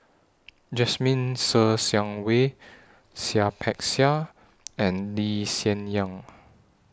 Jasmine Ser Xiang Wei Seah Peck Seah and Lee Hsien Yang